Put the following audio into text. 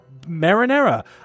marinara